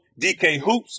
DKHOOPS